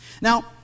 Now